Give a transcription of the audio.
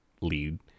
lead